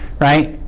right